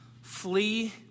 flee